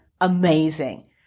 amazing